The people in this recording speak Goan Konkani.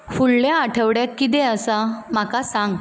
फुडल्या आठवड्याक कितें आसा म्हाका सांग